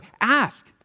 ask